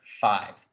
five